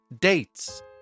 dates